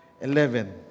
eleven